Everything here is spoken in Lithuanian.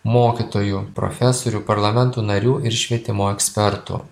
mokytojų profesorių parlamento narių ir švietimo ekspertų